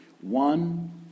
one